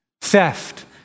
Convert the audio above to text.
theft